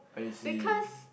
because